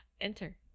Enter